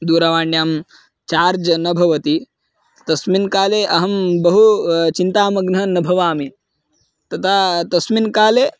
दूरवाण्यां चार्ज् न भवति तस्मिन् काले अहं बहु चिन्तामग्नः न भवामि तदा तस्मिन् काले